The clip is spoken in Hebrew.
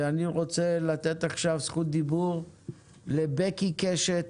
אני רוצה לתת עכשיו זכות דיבור לבקי קשת,